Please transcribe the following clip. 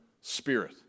spirit